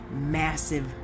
massive